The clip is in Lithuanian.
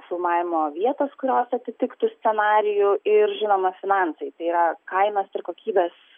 filmavimo vietos kurios atitiktų scenarijų ir žinoma finansai tai yra kainos ir kokybės